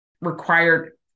required